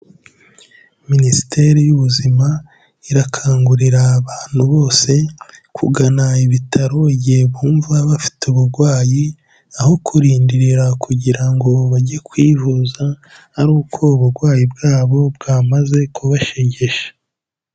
Minisiteri y'ubuzima irakangurira abantu bose kugana ibitaro igihe bumva bafite ubugwayi, aho kurindirira kugira ngo bajye kwivuza ari uko ubugwayi bwabo bwamaze kubashegesha.